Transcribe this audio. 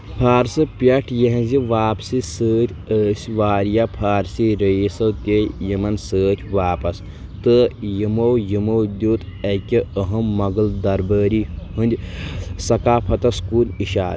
فارسہٕ پٮ۪ٹھ یہنٛزِ واپسی ستۍ ٲسۍ واریاہ فارسی رئیسو تہِ یِمن ستۍ واپس تہٕ یِمو یِمو دیُت اکہِ اہم مۄغل دربٲری ہٕنٛدِ ثقافتس کُن اِشارٕ